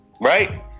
Right